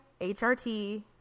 HRT